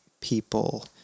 people